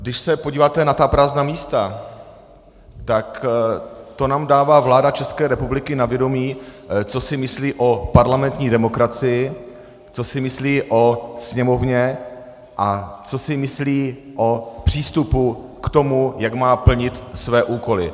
Když se podíváte na ta prázdná místa, tak to nám dává vláda České republiky na vědomí, co si myslí o parlamentní demokracii, co si myslí o Sněmovně a co si myslí o přístupu k tomu, jak má plnit své úkoly.